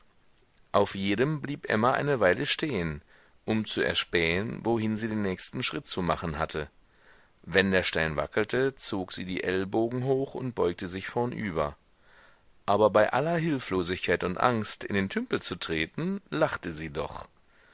auf jedem blieb emma eine weile stehen um zu erspähen wohin sie den nächsten schritt zu machen hatte wenn der stein wackelte zog sie die ellbogen hoch und beugte sich vornüber aber bei aller hilflosigkeit und angst in den tümpel zu treten lachte sie doch